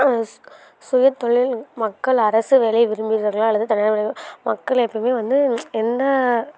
சு சுயதொழில் மக்கள் அரசு வேலை விரும்பி இருக்கலாம் அல்லது தனியார் வேலைகள் மக்கள் எப்பவுமே வந்து எந்த